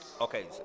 Okay